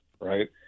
Right